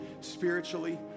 spiritually